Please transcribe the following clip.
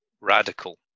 radical